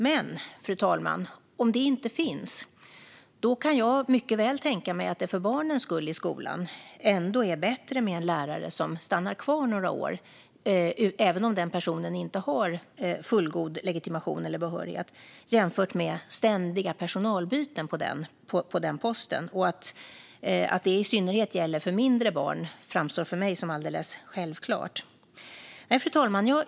Men, fru talman, om en sådan inte finns kan jag mycket väl tänka mig att det för barnens skull i skolan ändå är bättre med en lärare som stannar kvar några år, även om den personen inte har fullgod legitimation eller behörighet, jämfört med ständiga personalbyten på den posten. Att detta i synnerhet gäller för mindre barn framstår för mig som alldeles självklart. Fru talman!